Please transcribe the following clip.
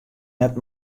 net